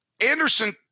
Anderson –